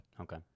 okay